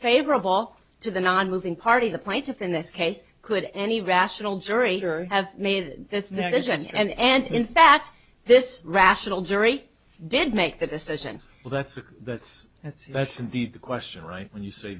favorable to the nonmoving party the plaintiff in this case could any rational jury or have made this decision and in fact this rational jury did make that decision well that's that's that's that's the question right when you say